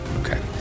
Okay